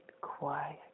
quiet